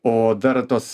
o dar tos